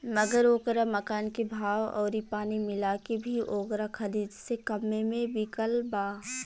मगर ओकरा मकान के भाव अउरी पानी मिला के भी ओकरा खरीद से कम्मे मे बिकल बा